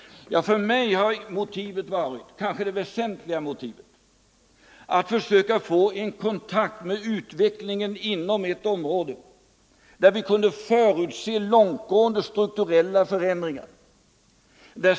För mig har kanske det väsentliga motivet varit att försöka få en kontakt med utvecklingen inom ett område där vi kunde förutse långtgående struktuella förändringar.